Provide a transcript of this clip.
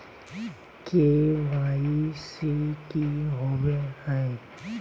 KYC की हॉबे हय?